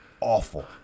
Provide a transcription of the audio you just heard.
awful